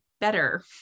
better